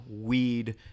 weed